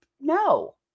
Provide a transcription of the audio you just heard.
no